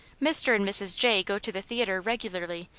mr. and mrs. jay go to the theatre regularly,